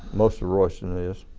most of royston is.